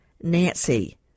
nancy